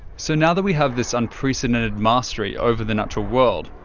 so, now that we have this unprecedented mastery over the natural world,